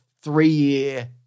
three-year